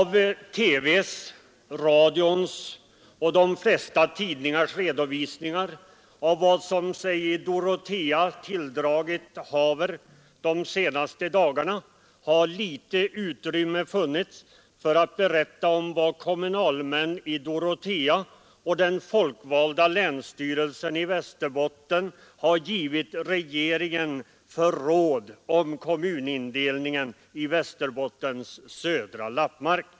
I TV:s, radions och de flesta tidningars redovisningar av vad sig i Dorotea tilldragit haver under de senaste dagarna har litet utrymme funnits för att berätta om vad kommunalmän i Dorotea och den folkvalda länsstyrelsen i Västerbotten har givit regeringen för råd om kommunindelningen i Västerbottens södra lappmark.